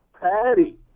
Patty